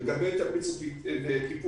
לגבי תמריץ וטיפוח,